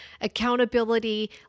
accountability